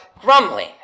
grumbling